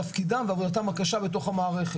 תפקידם ועבודתם הקשה בתוך המערכת.